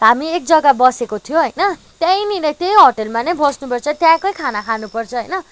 हामी एक जग्गा बसेको थियौँ होइन त्यहीँनिर त्यही होटलमै बस्नुपर्छ त्यहाँकै खाना खानुपर्छ होइन